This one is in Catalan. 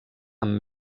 amb